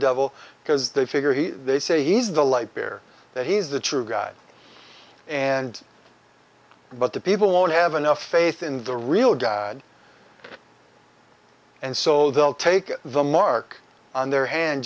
devil because they figure he they say he is the light beer that he is the true god and but the people won't have enough faith in the real god and so they'll take the mark on their hand